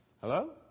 Hello